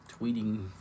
tweeting